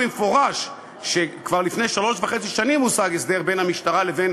במפורש שכבר לפני שלוש וחצי שנים הושג הסדר בין המשטרה לבין